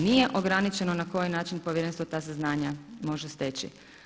Nije ograničeno na koji način Povjerenstvo ta saznanja može steći.